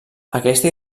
aquesta